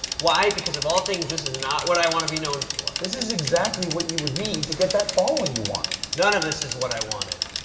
why? because of all things, this is not what i want to be known for. this is exactly what you would need to get that following you wanted. none of this is what i wanted.